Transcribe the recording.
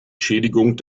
schädigung